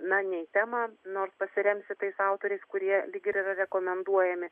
na ne į temą nors pasiremsi tais autoriais kurie lyg ir yra rekomenduojami